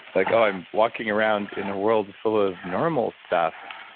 like oh, i'm walking around in a world full of normal stuff.